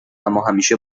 اماهمیشه